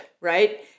right